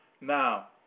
Now